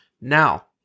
Now